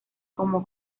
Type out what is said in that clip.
como